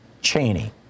Cheney